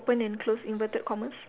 open and close inverted commas